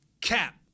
cap